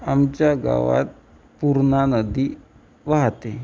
आमच्या गावात पूर्णा नदी वाहते